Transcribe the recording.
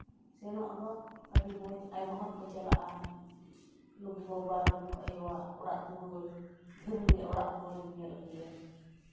ᱥᱮᱱᱚᱜ ᱫᱚ ᱟᱹᱰᱤ ᱢᱚᱡᱽ ᱟᱭᱢᱟ ᱦᱚᱲ ᱠᱚ ᱪᱟᱞᱟᱜᱼᱟ ᱞᱩᱜᱩ ᱵᱟᱵᱟ ᱞᱩᱜᱩ ᱟᱭᱳᱣᱟᱜ ᱚᱲᱟᱜ ᱫᱩᱣᱟᱹᱨ ᱫᱷᱤᱨᱤ ᱚᱲᱟᱜ ᱫᱩᱣᱟᱹᱨ ᱤᱧ ᱧᱮᱞ ᱟᱹᱜᱩᱭᱟ